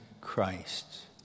Christ